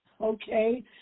okay